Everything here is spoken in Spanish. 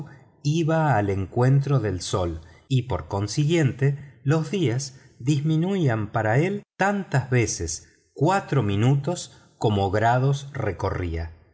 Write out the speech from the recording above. iba al encuentro del sol y por consiguiente los días disminuían para él tantas veces cuatro minutos como grados recorría